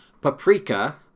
Paprika